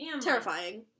Terrifying